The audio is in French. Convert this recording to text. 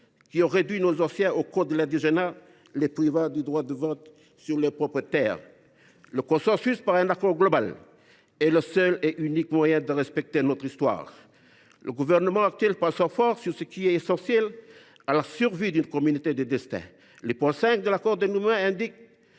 qui ont réduit nos anciens au code de l’indigénat, les privant du droit de vote sur leur propre terre. Le consensus, par un accord global, est le seul et unique moyen de respecter notre histoire. Le gouvernement actuel passe en force sur ce qui est essentiel à la survie d’une communauté de destin. Le point 5 de l’accord de Nouméa indique